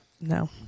No